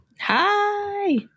hi